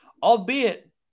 Albeit